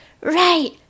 right